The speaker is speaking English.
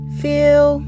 feel